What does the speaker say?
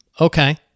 Okay